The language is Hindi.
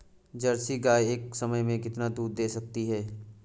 जर्सी गाय एक समय में कितना दूध दे सकती है?